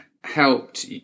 helped